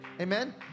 Amen